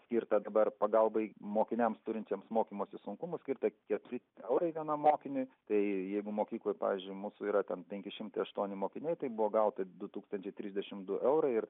skirta dabar pagalbai mokiniams turintiems mokymosi sunkumų skirta keturi eurai vienam mokiniui tai jeigu mokykloj pavyzdžiui mūsų yra ten penki šimtai aštuoni mokiniai tai buvo gauta du tūkstančiai trisdešimt du eurai ir